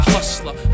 Hustler